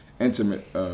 intimate